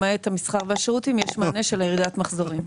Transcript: למעט המסחר והשירותים, יש מענה של ירידת מחזורים.